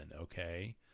okay